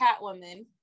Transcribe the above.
Catwoman